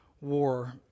war